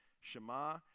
Shema